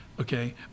Okay